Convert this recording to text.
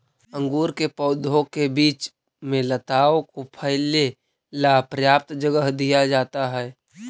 अंगूर के पौधों के बीच में लताओं को फैले ला पर्याप्त जगह दिया जाता है